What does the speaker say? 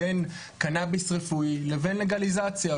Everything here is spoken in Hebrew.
בין קנאביס רפואי לבין לגליזציה,